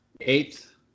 eighth